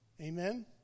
Amen